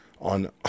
on